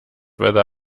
whether